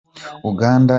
uganda